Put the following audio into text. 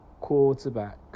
quarterback